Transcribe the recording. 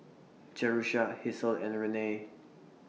Jerusha Hasel and Renae